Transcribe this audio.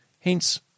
Hence